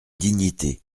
dignité